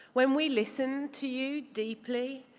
when we listen to you deeply,